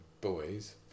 boys